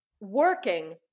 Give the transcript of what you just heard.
working